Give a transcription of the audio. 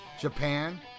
Japan